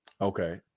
Okay